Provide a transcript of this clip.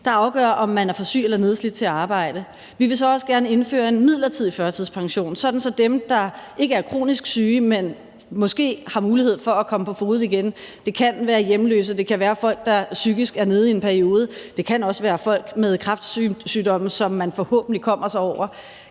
der afgør, om man er for syg eller for nedslidt til at arbejde. Vi vil så også gerne indføre en midlertidig førtidspension, sådan at dem, der ikke er kronisk syge, men måske har mulighed for at komme på fode igen – det kan være hjemløse, det kan være folk, der psykisk er nede i en periode, og det kan også være folk med kræftsygdomme, som de forhåbentlig kommer sig over